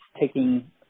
taking